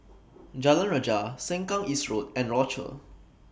Jalan Rajah Sengkang East Road and Rochor